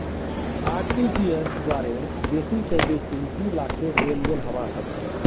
RTGS द्वारे बेसी स बेसी दी लाखेर लेनदेन हबा सख छ